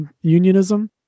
unionism